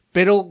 Pero